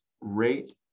rate